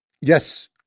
Yes